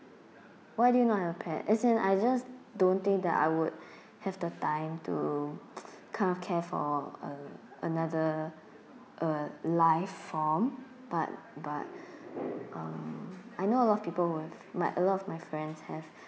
why do you not have pet as in I just don't think that I would have the time to kind of care for uh another uh life form but but uh I know a lot of people who have my a lot of my friends have